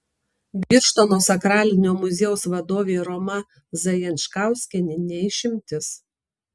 birštono sakralinio muziejaus vadovė roma zajančkauskienė ne išimtis